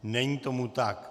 Není tomu tak.